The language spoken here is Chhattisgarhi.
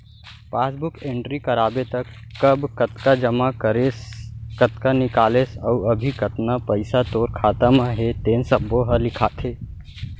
पासबूक एंटरी कराबे त कब कतका जमा करेस, कतका निकालेस अउ अभी कतना पइसा तोर खाता म हे तेन सब्बो ह लिखाथे